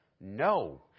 No